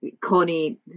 Connie